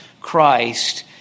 Christ